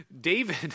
David